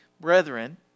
Brethren